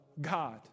God